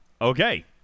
okay